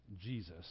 Jesus